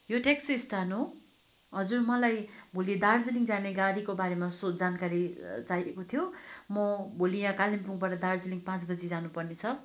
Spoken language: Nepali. यो ट्याक्सी स्ट्यान्ड हो हजुर मलाई भोलि दार्जिलिङ जाने गाडीको बारेमा सो जानकारी चाहिएको थियो म भोलि यहाँ कालिम्पोङबाट दार्जिलिङ पाँच बजी जानु पर्नेछ